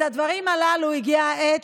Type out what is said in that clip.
את הדברים הללו הגיעה העת,